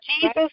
Jesus